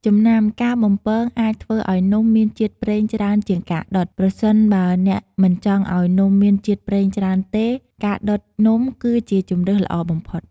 ចំណាំ ការបំពងអាចធ្វើឱ្យនំមានជាតិប្រេងច្រើនជាងការដុត ប្រសិនបើអ្នកមិនចង់ឱ្យនំមានជាតិប្រេងច្រើនទេ ការដុតនំគឺជាជម្រើសល្អបំផុត។